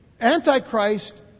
Antichrist